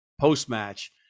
post-match